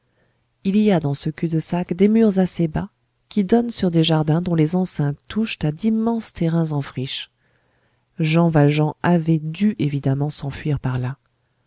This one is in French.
il y a dans ce cul-de-sac des murs assez bas qui donnent sur des jardins dont les enceintes touchent à d'immenses terrains en friche jean valjean avait dû évidemment s'enfuir par là